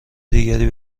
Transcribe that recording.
دیگری